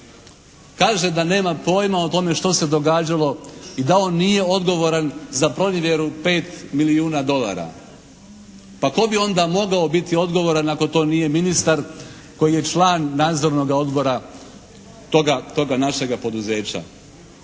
kaže da nema pojma o tome što se događalo i da on nije odgovoran za pronevjeru 5 milijuna dolara. Pa tko bi onda mogao biti odgovoran ako to nije ministar koji je član nadzornoga odbora toga našega poduzeća.